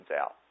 out